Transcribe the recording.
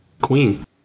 Queen